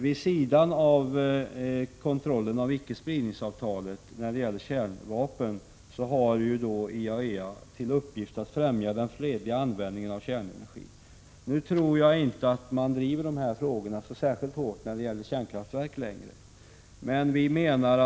Vid sidan av kontrollen av ickespridningsavtalet när det gäller kärnvapen har IAEA till uppgift att främja den fredliga användningen av kärnenergin, men jag tror att organisationen inte längre driver frågorna om kärnkraften så väldigt hårt.